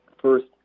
First